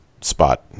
spot